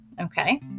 Okay